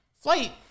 flight